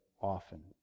often